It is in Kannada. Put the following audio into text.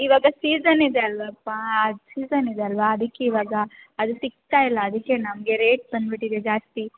ಇವಾಗ ಸೀಸನ್ ಇದೆ ಅಲ್ಲವಪ್ಪಾ ಸೀಸನ್ ಇದೆ ಅಲ್ವಾ ಅದಿಕ್ಕೆ ಇವಾಗ ಅದು ಸಿಕ್ತಾ ಇಲ್ಲ ಅದಕ್ಕೆ ನಮಗೆ ರೇಟ್ ಬಂದು ಬಿಟ್ಟಿದೆ ಜಾಸ್ತಿ